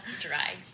Dry